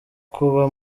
kuba